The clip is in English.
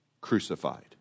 crucified